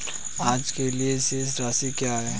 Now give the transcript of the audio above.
आज के लिए शेष राशि क्या है?